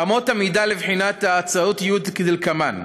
אמות המידה לבחינת ההצעות יהיו כדלקמן: